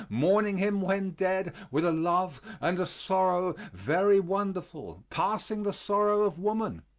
mourning him when dead, with a love and a sorrow very wonderful, passing the sorrow of woman